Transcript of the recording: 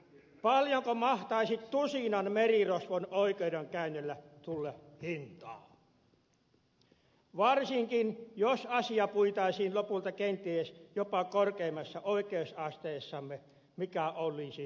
paljonko mahtaisi tusinan merirosvon oikeudenkäynneille tulla hintaa varsinkin jos asiaa puitaisiin lopulta kenties jopa korkeimmassa oikeusasteessamme mikä olisi varsin todennäköistä